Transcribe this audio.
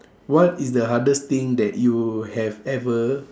what is the hardest thing that you have ever